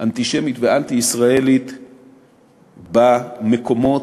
אנטישמית ואנטי-ישראלית במקומות,